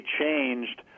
changed